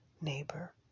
neighbor